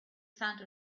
sound